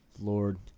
Lord